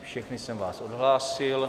Všechny jsem vás odhlásil.